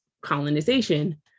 colonization